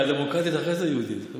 היה דמוקרטית ואחרי זה יהודית.